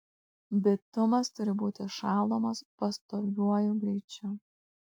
bitumas turi būti šaldomas pastoviuoju greičiu